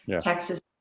Texas